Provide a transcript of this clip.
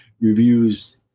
reviews